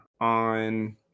on